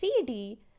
3d